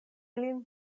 ilin